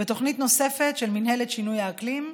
ותוכנית נוספת, של מנהלת שינוי האקלים,